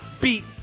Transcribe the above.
beat